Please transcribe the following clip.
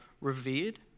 revered